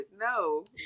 No